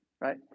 right